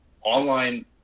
online